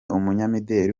umunyamideri